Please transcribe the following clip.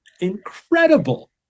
incredible